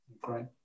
great